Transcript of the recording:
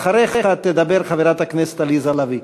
אחריך תדבר חברת הכנסת עליזה לביא.